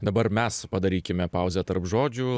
dabar mes padarykime pauzę tarp žodžių